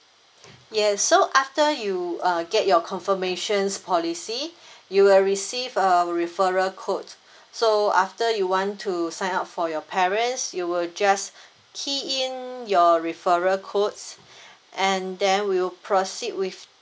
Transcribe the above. yes so after you uh get your confirmation policy you will receive a referral code so after you want to sign up for your parents you will just key in your referral codes and then we will proceed with